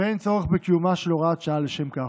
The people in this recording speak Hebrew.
ואין צורך בקיומה של הוראת שעה לשם כך.